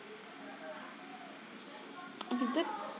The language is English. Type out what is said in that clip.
okay that